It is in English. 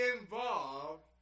involved